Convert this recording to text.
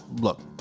look